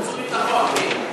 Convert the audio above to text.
חוץ וביטחון, מי?